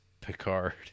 Picard